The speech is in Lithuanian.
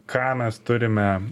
ką mes turime